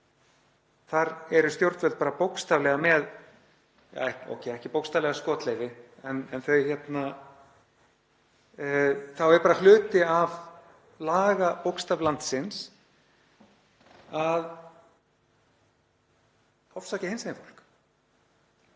Þar eru stjórnvöld bara bókstaflega með — ja, ekki bókstaflega skotleyfi en það er bara hluti af lagabókstaf landsins að ofsækja hinsegin fólk.